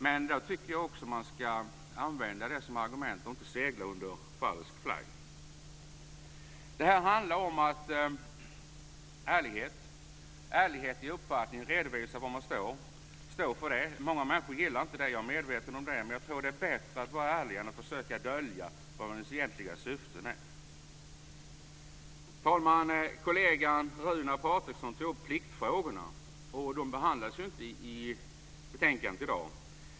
Men då tycker jag också att man ska använda det som argument och inte segla under falsk flagg. Det handlar om ärlighet, om ärlighet i uppfattning, om att redovisa var man står för, om att stå för det. Många människor gillar inte det, jag är medveten om det. Men jag tror att det är bättre att vara ärlig än att försöka dölja vad ens egentliga syften är. Fru talman! Kollegan Runar Patriksson tog upp pliktfrågorna. De behandlas inte i betänkandet i dag.